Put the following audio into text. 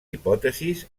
hipòtesis